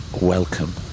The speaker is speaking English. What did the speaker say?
welcome